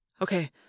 Okay